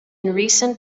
recent